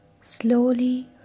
Slowly